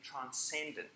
transcendent